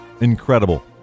incredible